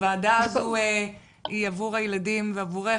הוועדה הזאת היא עבור הילדים ועבורך.